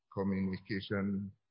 communication